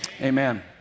amen